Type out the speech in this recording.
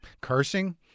Cursing